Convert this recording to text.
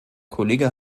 kollege